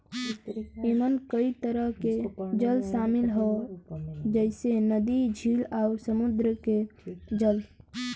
एमन कई तरह के जल शामिल हौ जइसे नदी, झील आउर समुंदर के जल